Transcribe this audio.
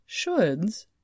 shoulds